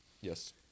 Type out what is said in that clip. Yes